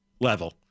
level